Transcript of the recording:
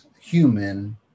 human